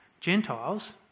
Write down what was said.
Gentiles